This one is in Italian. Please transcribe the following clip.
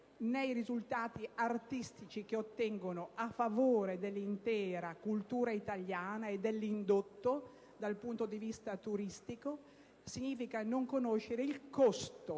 né i risultati artistici che ottengono a favore dell'intera cultura italiana e dell'indotto dal punto di vista turistico, né il costo